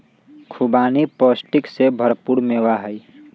खुबानी पौष्टिक से भरपूर मेवा हई